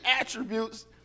attributes